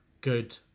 good